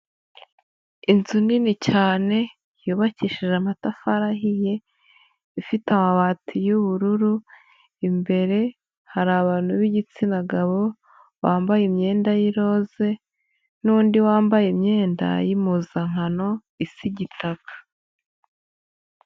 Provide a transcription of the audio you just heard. Inzu nini cyane yubakishije amatafari ahiye, ifite amabati y'ubururu, imbere hari abantu b'igitsina gabo bambaye imyenda y'irose n'undi wambaye imyenda y'impuzankano isa igitaka.